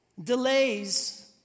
Delays